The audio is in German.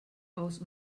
aus